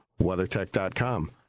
WeatherTech.com